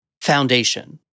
foundation